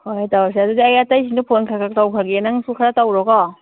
ꯍꯣꯏ ꯇꯧꯔꯁꯦ ꯑꯗꯨꯗꯤ ꯑꯩ ꯑꯇꯩꯁꯤꯡꯗꯣ ꯐꯣꯟ ꯈꯔ ꯈꯔ ꯇꯧꯈ꯭ꯔꯒꯦ ꯅꯩꯁꯨ ꯈꯔ ꯇꯧꯔꯣꯀꯣ